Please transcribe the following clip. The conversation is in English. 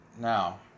Now